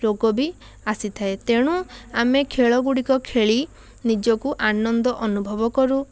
ରୋଗ ବି ଆସିଥାଏ ତେଣୁ ଆମେ ଖେଳଗୁଡ଼ିକ ଖେଳି ନିଜକୁ ଆନନ୍ଦ ଅନୁଭବ କରୁ